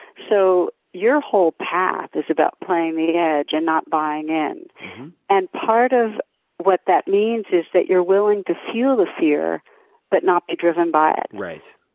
so your whole path is about playing the edge and not buying in and and part of what that means is that you're willing to feel the fear but not be driven by it. right.